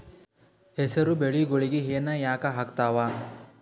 ಹೆಸರು ಬೆಳಿಗೋಳಿಗಿ ಹೆನ ಯಾಕ ಆಗ್ತಾವ?